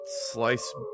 slice